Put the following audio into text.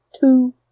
Two